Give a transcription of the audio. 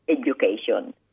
education